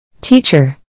Teacher